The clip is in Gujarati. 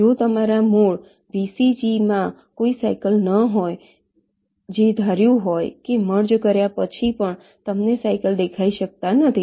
જો તમારા મૂળ VCG માં કોઈ સાઇકલ ન હોય જે ધાર્યું હોય કે મર્જ કર્યા પછી પણ તમને સાઇકલ દેખાઈ શકતા નથી